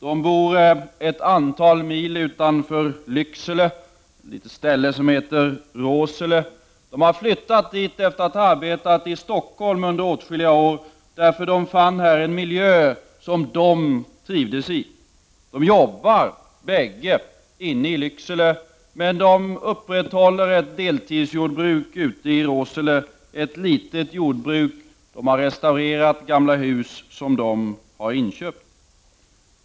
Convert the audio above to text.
De bor ett antal mil utanför Lycksele, på ett litet ställe som heter Rusele. De har flyttat dit efter att ha arbetat i Stockholm under åtskilliga år. De fann där en miljö som de trivdes i. De arbetar bägge inne i Lycksele, men de upprätthåller ett deltidsjordbruk ute i Rusele, ett litet jordbruk. De har restaurerat gamla hus som de har köpt.